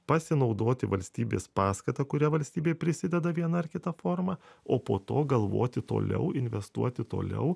pasinaudoti valstybės paskata kuria valstybė prisideda viena ar kita forma o po to galvoti toliau investuoti toliau